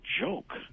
joke